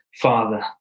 Father